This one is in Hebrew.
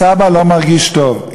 הסבא לא מרגיש טוב,